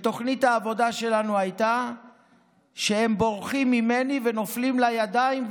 תוכנית העבודה שלנו הייתה שהם בורחים ממני ונופלים לידיים,